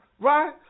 Right